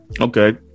okay